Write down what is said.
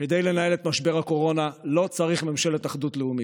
כדי לנהל את משבר הקורונה לא צריך ממשלת אחדות לאומית.